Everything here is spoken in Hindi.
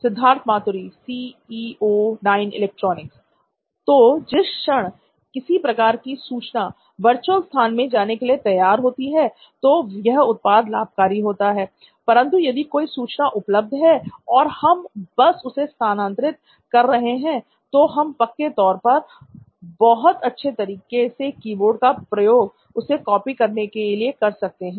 सिद्धार्थ मातुरी तो जिस क्षण किसी प्रकार की सूचना वर्चुअल स्थान में जाने के लिए तैयार होती है तो यह उत्पाद लाभकारी होगा परंतु यदि कोई सूचना उपलब्ध है और हम बस उसे स्थानांतरित कर रहे हैं तो हम पक्के तौर पर बहुत अच्छे तरीके से कीबोर्ड का प्रयोग उसे कॉपी करके लेने के लिए कर सकते हैं